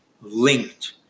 linked